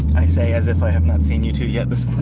i say as if i have not seen you two two yet this